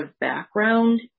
background